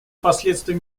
последствия